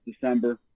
December